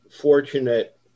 fortunate